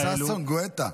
חבר הכנסת ששון גואטה,